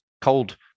cold